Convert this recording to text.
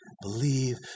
believe